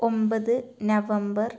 ഒമ്പത് നവംബർ